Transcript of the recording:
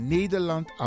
Nederland